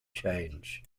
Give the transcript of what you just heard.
change